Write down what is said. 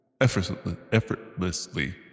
effortlessly